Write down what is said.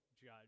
judge